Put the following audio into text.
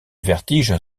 vertige